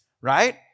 right